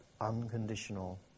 unconditional